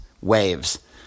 waves